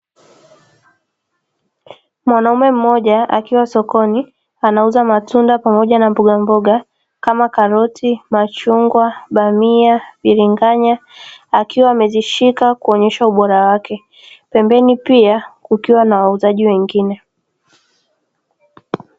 Mwanamme mmoja akiwa sokoni anauza matunda pamoja na mboga mboga kama karoti, machungwa, bamia, bilinganya akiwa amezishika kuonyeshwa ubora wake pembeni pia kukiwa na wauzaji wengine.